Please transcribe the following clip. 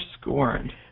scorned